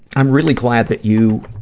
i'm really glad that you,